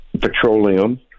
petroleum